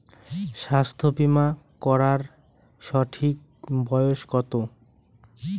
স্বাস্থ্য বীমা করার সঠিক বয়স কত?